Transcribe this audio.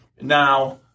Now